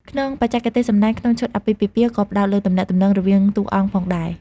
ក្នុងបច្ចេកទេសសម្ដែងក្នុងឈុតអាពាហ៍ពិពាហ៍ក៏ផ្តោតលើទំនាក់ទំនងរវាងតួអង្គផងដែរ។